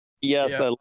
Yes